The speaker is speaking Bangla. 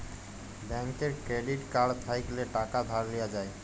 ব্যাংকের ক্রেডিট কাড় থ্যাইকলে টাকা ধার লিয়া যায়